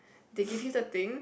they give you the thing